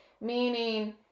meaning